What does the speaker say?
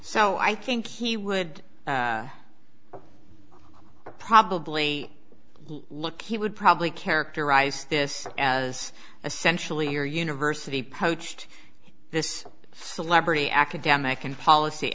so i think he would probably look he would probably characterize this as essential to your university poached this celebrity academic and policy